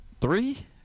three